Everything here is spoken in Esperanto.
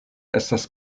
estas